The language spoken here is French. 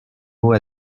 mot